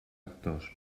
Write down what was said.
actors